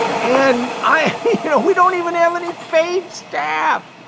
and i know we don't even have any paid staff.